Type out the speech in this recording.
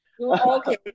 Okay